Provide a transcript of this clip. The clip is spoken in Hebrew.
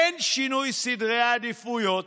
אין שינוי סדרי עדיפויות,